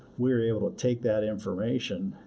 we're able to take that information,